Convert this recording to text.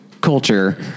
culture